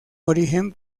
origen